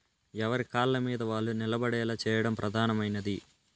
ఎవరి కాళ్ళమీద వాళ్ళు నిలబడేలా చేయడం ప్రధానమైనది